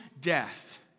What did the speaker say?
death